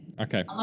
Okay